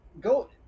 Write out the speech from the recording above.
go